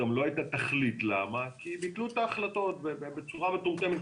לא הייתה תכלית כי ביטלו את ההחלטות בצור המטומטמת,